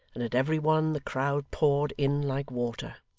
and at every one the crowd poured in like water.